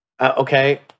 Okay